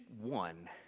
one